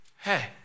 Hey